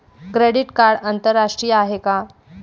Credit card आंतरराष्ट्रीय आहे का?